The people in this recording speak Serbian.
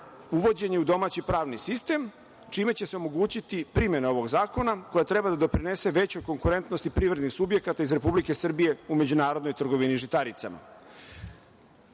uvođenje u domaći pravni sistem, čime će se omogućiti primena ovog zakona koja treba da doprinese većoj konkurentnosti privrednih subjekata iz Republike Srbije u međunarodnoj trgovini žitaricama. Da